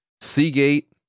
seagate